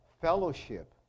fellowship